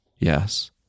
yes